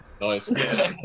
Nice